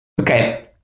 Okay